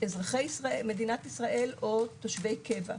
אזרחי מדינת ישראל או תושבי קבע.